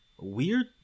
weird